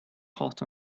hot